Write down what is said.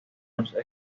los